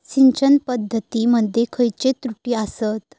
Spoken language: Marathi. सिंचन पद्धती मध्ये खयचे त्रुटी आसत?